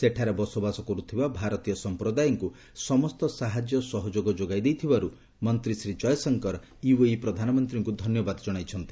ସେଠାରେ ବସବାସ କରୁଥିବା ଭାରତୀୟ ସମ୍ପ୍ରଦାୟଙ୍କୁ ସମସ୍ତ ସାହାଯ୍ୟ ସହଯୋଗ ଯୋଗାଇଦେଇଥିବାରୁ ମନ୍ତ୍ରୀ ଶ୍ରୀ ଜୟଶଙ୍କର ୟୁଏଇ ପ୍ରଧାନମନ୍ତ୍ରୀଙ୍କୁ ଧନ୍ୟବାଦ ଜଣାଇଛନ୍ତି